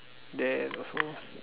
then also